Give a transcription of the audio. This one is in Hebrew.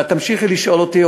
ואת תמשיכי לשאול אותי,